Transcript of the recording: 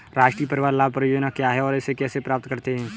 राष्ट्रीय परिवार लाभ परियोजना क्या है और इसे कैसे प्राप्त करते हैं?